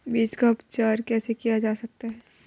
बीज का उपचार कैसे किया जा सकता है?